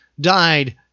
died